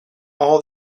all